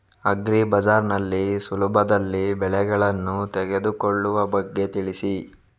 agri Bazaar ನಲ್ಲಿ ಸುಲಭದಲ್ಲಿ ಬೆಳೆಗಳನ್ನು ತೆಗೆದುಕೊಳ್ಳುವ ಬಗ್ಗೆ ತಿಳಿಸಿ